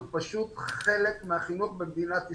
אנחנו פשוט חלק מהחינוך במדינת ישראל.